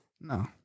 No